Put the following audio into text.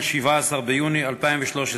17 ביוני 2013,